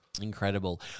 Incredible